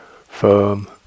firm